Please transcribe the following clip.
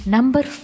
Number